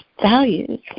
values